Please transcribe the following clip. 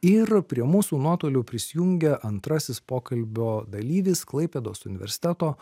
ir prie mūsų nuotoliu prisijungė antrasis pokalbio dalyvis klaipėdos universiteto